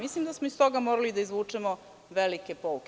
Mislim da smo iz toga morali da izvučemo velike pouke.